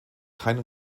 keinen